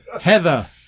Heather